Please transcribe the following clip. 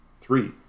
three